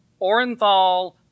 Orenthal